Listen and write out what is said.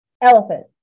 Elephant